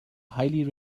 highly